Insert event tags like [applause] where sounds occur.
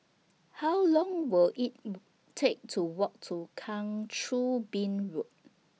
How Long Will IT [noise] Take to Walk to Kang Choo Bin Road